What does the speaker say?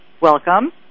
welcome